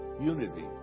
unity